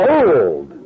old